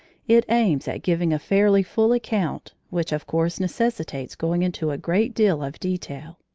it aims at giving a fairly full account, which, of course, necessitates going into a great deal of detail.